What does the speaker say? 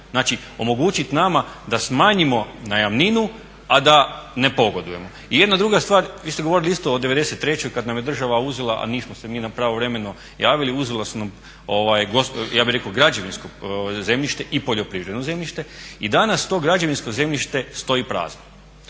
znači omogućit nama da smanjimo najamninu a da ne pogodujemo. I jedna druga stvar, vi ste govorili isto o '93. kad nam je država uzela a nismo se mi pravovremeno javili, uzela nam građevinsko zemljište i poljoprivredno zemljište i danas to građevinsko zemljište stoji prazno.